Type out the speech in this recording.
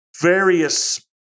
various